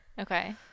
Okay